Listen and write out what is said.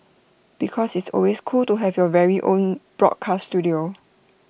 because it's always cool to have your very own broadcast Studio